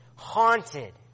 haunted